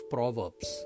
Proverbs